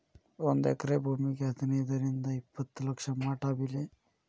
ಒಂದ ಎಕರೆ ಭೂಮಿಗೆ ಹದನೈದರಿಂದ ಇಪ್ಪತ್ತ ಲಕ್ಷ ಮಟಾ ಬೆಲೆ